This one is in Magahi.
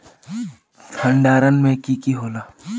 भण्डारण में की की होला?